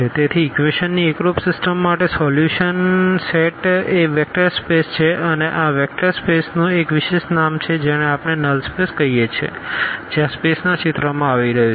તેથી ઇક્વેશન ની એકરૂપ સિસ્ટમ માટે સોલ્યુશનસોલ્યુશન સેટ એ વેક્ટર સ્પેસ છે અને આ વેક્ટર સ્પેસનું એક વિશેષ નામ છે જેને આપણે નલ સ્પેસ કહીએ છીએ જે આ સ્પેસ ના ચિત્રમાં આવી રહ્યું છે